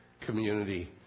community